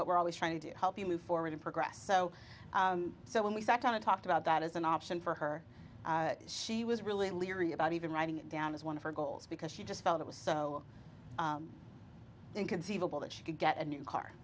what we're always trying to do help you move forward and progress so so when we sat down and talked about that as an option for her she was really leery about even writing down as one of her goals because she just felt it was so inconceivable that she could get a new car